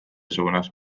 suunas